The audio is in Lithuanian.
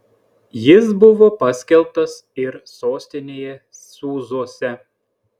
jis buvo paskelbtas ir sostinėje sūzuose